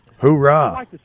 Hoorah